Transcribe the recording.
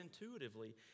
intuitively